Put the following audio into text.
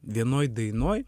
vienoj dainoj